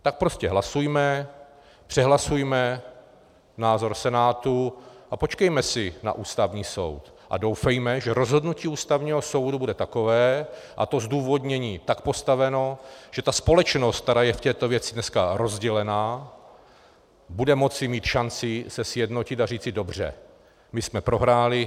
Tak prostě hlasujme, přehlasujme názor Senátu a počkejme si na Ústavní soud a doufejme, že rozhodnutí Ústavního soudu bude takové a to zdůvodnění tak postaveno, že ta společnost, která je v této věci dneska rozdělená, bude moci mít šanci se sjednotit a říci: Dobře, my jsme prohráli.